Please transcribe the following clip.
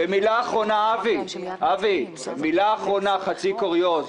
במילה אחרונה, חצי קוריוז.